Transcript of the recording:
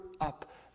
up